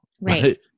right